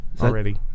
already